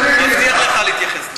מבטיח לך להתייחס לזה.